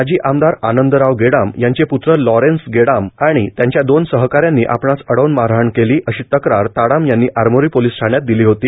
माजी आमदार आनंदराव गेडाम यांचे पूत्र लॉरेन्स गेडाम आणि त्यांच्या दोन सहकाऱ्यांनी आपणास अडवून मारहाण केली अशी तक्रार ताडाम यांनी आरमोरी पोलिस ठाण्यात दिली होती